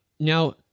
Now